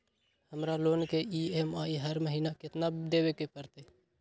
हमरा लोन के ई.एम.आई हर महिना केतना देबे के परतई?